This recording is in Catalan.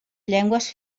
llengües